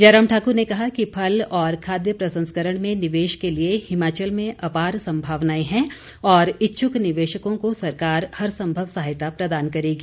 जयराम ठाकुर ने कहा कि फल और खाद्य प्रसंस्करण में निवेश के लिए हिमाचल में अपार संभावनाएं हैं और इच्छुक निवेशकों को सरकार हर संभव सहायता प्रदान करेगी